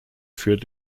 führt